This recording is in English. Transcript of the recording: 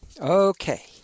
Okay